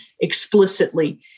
explicitly